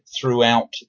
throughout